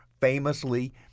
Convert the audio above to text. famously